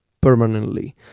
permanently